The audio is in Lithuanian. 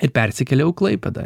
ir persikėliau į klaipėdą